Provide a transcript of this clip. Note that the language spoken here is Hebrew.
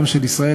גם של ישראל,